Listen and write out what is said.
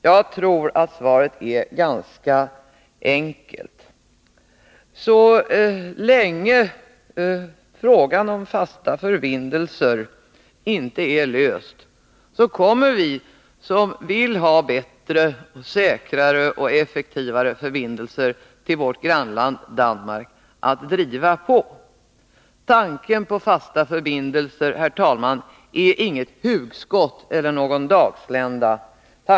Jag tror att svaret är ganska enkelt. Så länge frågan om en fast förbindelse inte är löst, kommer vi som vill ha bättre, säkrare och effektivare förbindelser med vårt grannland att driva på. Tanken på en fast förbindelse är, herr talman, inget hugskott eller någon dagslända.